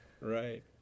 Right